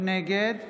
נגד